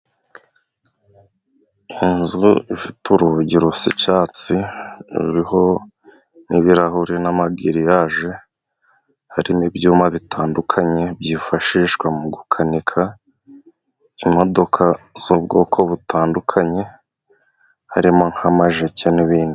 Inzu ifite urugi rusa icyatsi, ruriho n'ibirahuri n'amagiliyaje. Harimo ibyuma bitandukanye byifashishwa mu gukanika imodoka z'ubwoko butandukanye ,harimo nk'amajeki n'ibindi.